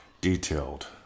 detailed